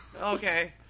Okay